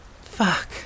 Fuck